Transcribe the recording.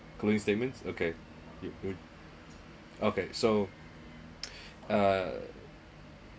clean statements okay you would okay so uh